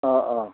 অঁ অঁ